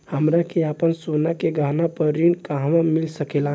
हमरा के आपन सोना के गहना पर ऋण कहवा मिल सकेला?